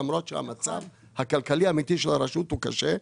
למרות שהמצב הכלכלי האמיתי של הרשות הוא קשה.